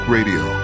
Radio